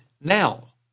now